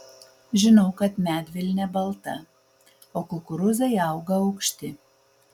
žinau kad medvilnė balta o kukurūzai auga aukšti